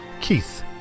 Keith